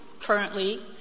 currently